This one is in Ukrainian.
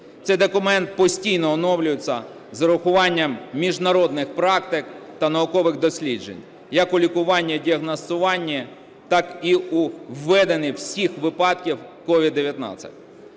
Цей документ постійно оновлюється з урахуванням міжнародних практик та наукових досліджень як у лікуванні і діагностуванні, так і у веденні всіх випадків COVID-19.